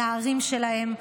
על הערים שלהם,